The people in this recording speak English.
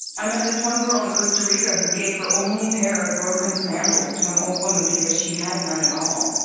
i met this one girl in costa rica who gave her only pair of broken sandals to an old woman, because she had none at all.